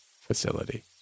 facility